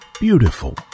beautiful